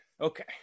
Okay